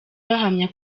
bahamya